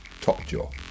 Topjaw